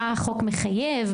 מה החוק מחייב,